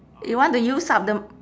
you want to use up the m~